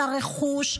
את הרכוש,